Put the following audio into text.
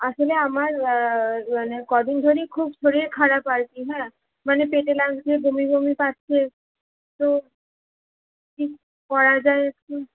আসলে আমার মানে কদিন ধরেই খুব শরীর খারাপ আর কি হ্যাঁ মানে পেটে লাগছে বমি বমি পাচ্ছে তো কি করা যায় একটু